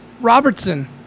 Robertson